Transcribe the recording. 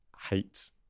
hate